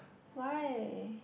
why